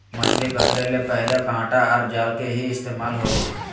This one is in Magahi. मछली पकड़े ले पहले कांटा आर जाल के ही इस्तेमाल होवो हल